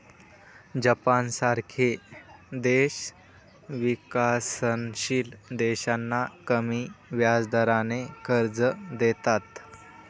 जपानसारखे देश विकसनशील देशांना कमी व्याजदराने कर्ज देतात